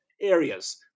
areas